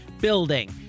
building